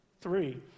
Three